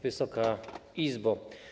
Wysoka Izbo!